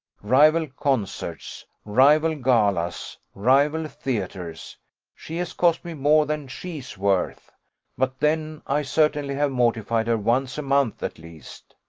rival concerts, rival galas, rival theatres she has cost me more than she's worth but then i certainly have mortified her once a month at least.